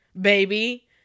baby